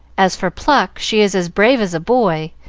as for pluck, she is as brave as a boy,